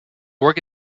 work